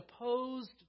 opposed